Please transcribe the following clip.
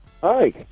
Hi